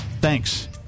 Thanks